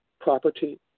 property